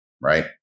right